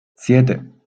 siete